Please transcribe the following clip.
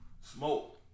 Smoke